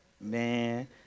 Man